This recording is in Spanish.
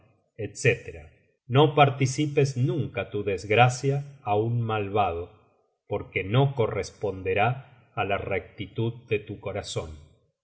etc no participes nunca tu desgracia á un malvado porque no corresponderá á la rectitud de tu corazon y